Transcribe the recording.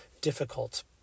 difficult